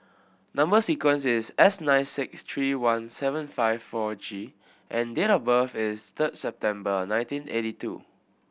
number sequence is S nine six three one seven five four G and date of birth is third September nineteen eighty two